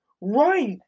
Right